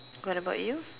what about you